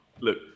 Look